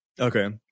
Okay